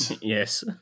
yes